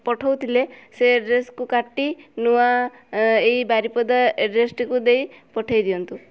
ପଠଉଥିଲେ ସେ ଏଡ଼୍ରେସ୍କୁ କାଟି ନୂଆ ଏଇ ବାରିପଦା ଏଡ଼୍ରେସ୍ଟିକୁ ଦେଇ ପଠାଇ ଦିଅନ୍ତୁ